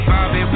Bobby